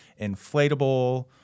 inflatable